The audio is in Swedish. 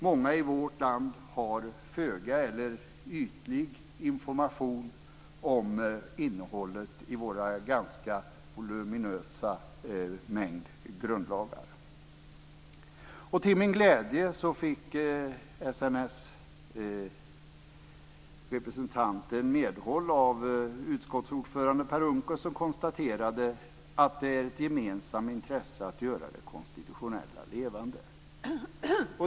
Många i vårt land har föga eller ytlig information om innehållet i vår ganska voluminösa mängd grundlagar. Till min glädje fick SNS representant medhåll av utskottets ordförande Per Unckel som konstaterade att det är ett gemensamt intresse att göra det konstitutionella levande.